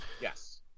Yes